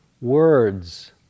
words